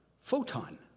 photon